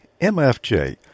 MFJ